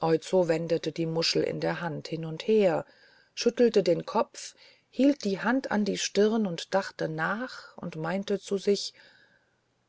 oizo wendete die muschel in der hand hin und her schüttelte den kopf hielt die hand an die stirn und dachte nach und meinte zu sich